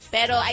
Pero